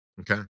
Okay